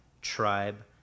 tribe